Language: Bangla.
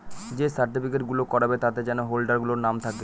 যে সার্টিফিকেট গুলো করাবে তাতে যেন হোল্ডার গুলোর নাম থাকে